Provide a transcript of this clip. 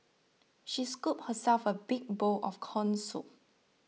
she scooped herself a big bowl of Corn Soup